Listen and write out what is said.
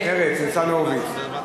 ניצן הורוביץ,